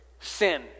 sin